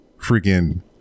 freaking